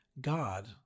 God